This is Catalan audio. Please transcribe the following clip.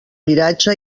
miratge